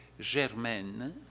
Germaine